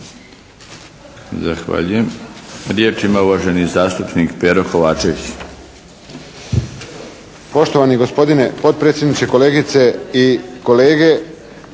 Zahvaljujem. Riječi ima uvaženi zastupnik Pero Kovačević.